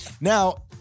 Now